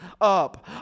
up